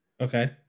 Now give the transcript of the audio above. okay